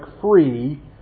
free